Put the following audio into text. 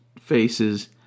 faces